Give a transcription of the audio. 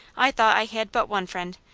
i thought i had but one friend.